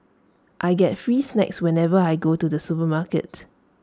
I get free snacks whenever I go to the supermarket